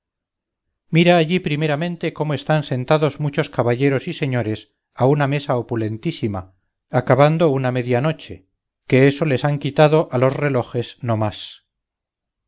mira allí primeramente cómo están sentados muchos caballeros y señores a una mesa opulentísima acabando una media noche que eso les han quitado a los relojes no